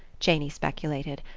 janey speculated.